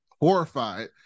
horrified